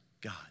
God